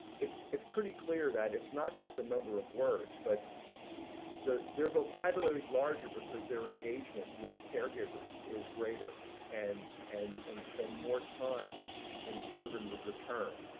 it's it's pretty clear that it's not just the number of words, but the vocabulary is largely because their engagement with caregivers is greater and and and spend more time in serve and return.